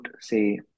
say